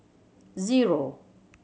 zero